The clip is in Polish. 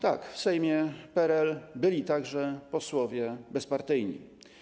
Tak, w Sejmie PRL byli także posłowie bezpartyjni.